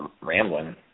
Rambling